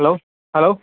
hello hello